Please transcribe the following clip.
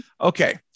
Okay